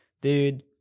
Dude